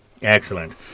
Excellent